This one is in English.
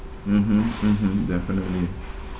mmhmm mmhmm definitely